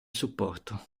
supporto